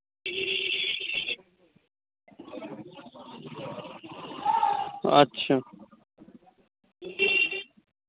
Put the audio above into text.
আচ্ছা